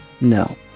No